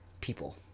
people